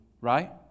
Right